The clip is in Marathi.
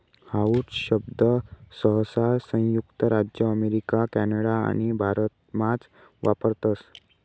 हाऊ शब्द सहसा संयुक्त राज्य अमेरिका कॅनडा आणि भारतमाच वापरतस